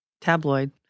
tabloid